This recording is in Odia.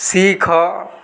ଶିଖ